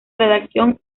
redacción